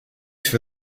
for